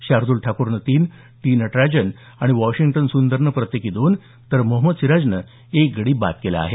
शार्दल ठाकूरनं तीन टी नटराजन आणि वॉशिंग्टन सुंदरनं प्रत्येकी दोन तर मोहम्मद सिराजनं एक गडी बाद केला आहे